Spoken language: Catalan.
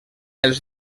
els